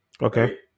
Okay